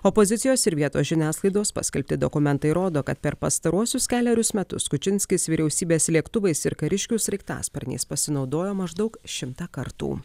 opozicijos ir vietos žiniasklaidos paskelbti dokumentai rodo kad per pastaruosius kelerius metus kučinskis vyriausybės lėktuvais ir kariškių sraigtasparniais pasinaudojo maždaug šimtą kartų